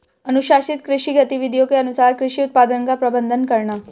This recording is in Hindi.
अनुशंसित कृषि गतिविधियों के अनुसार कृषि उत्पादन का प्रबंधन करना